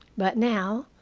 but now,